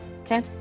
Okay